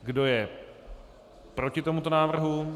Kdo je proti tomuto návrhu?